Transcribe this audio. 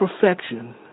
perfection